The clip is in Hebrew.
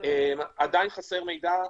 עדיין חסר מידע.